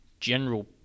general